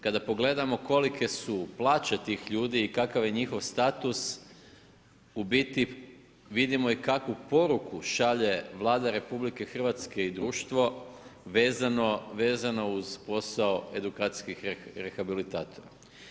Kada pogledamo kolike su plaće tih ljudi ikakav je njihov status u biti vidimo i kakvu poruku šalje Vlada Republike Hrvatske i društvo vezano uz posao edukacijskih rehabilitatora.